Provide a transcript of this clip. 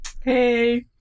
Hey